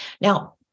Now